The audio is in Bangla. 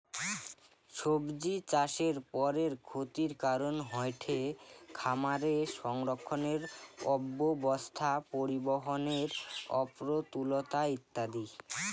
সব্জিচাষের পরের ক্ষতির কারন হয়ঠে খামারে সংরক্ষণের অব্যবস্থা, পরিবহনের অপ্রতুলতা ইত্যাদি